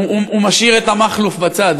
עכשיו הציעו הצעה